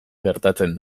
gertatzen